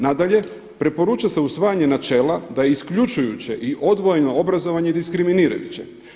Nadalje, preporuča se usvajanje načela da je isključujuće i odvojeno obrazovanje diskriminirajuće.